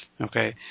Okay